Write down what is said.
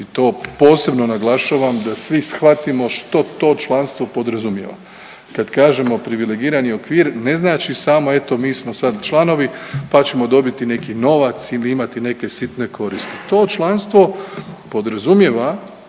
i to posebno naglašavam da svi shvatimo što to članstvo podrazumijeva. Kad kažemo privilegirani okvir, ne znači samo eto, mi smo sad članovi pa ćemo dobiti neki novac ili imati neke sitne koristi. To članstvo podrazumijeva